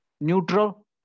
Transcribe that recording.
neutral